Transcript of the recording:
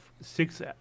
six